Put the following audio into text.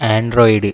android